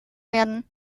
werden